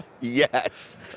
Yes